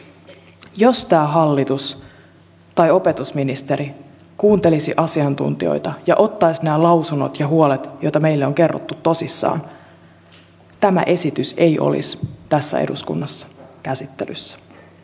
jos tämä hallitus tai opetusministeri kuuntelisi asiantuntijoita ja ottaisi nämä lausunnot ja huolet joita meille on kerrottu tosissaan tämä esitys ei olisi tässä eduskunnassa käsittelyssä